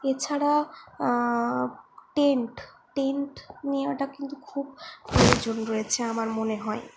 এছাড়া tent tent নেওয়াটা কিন্তু খুব প্রয়োজন রয়েছে আমার মনে হয়